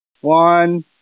One